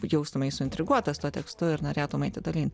jaustumeis suintriguotas tuo tekstu ir norėtum eiti tolyn